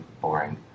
boring